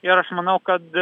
ir aš manau kad